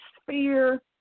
sphere